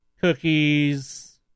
cookies